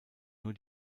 nur